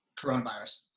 coronavirus